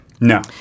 No